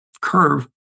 curve